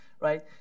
right